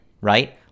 right